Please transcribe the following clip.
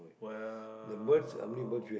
well